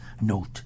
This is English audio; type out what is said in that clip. note